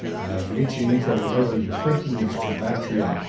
as reaching from the river euphrates to bactria,